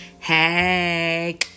hey